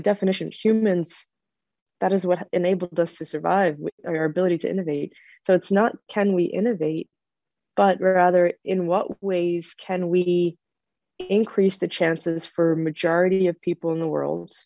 definition humans that is what enabled us to survive our ability to innovate so it's not can we innovate but rather in what ways can we increase the chances for a majority of people in the world